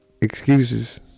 excuses